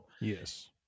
Yes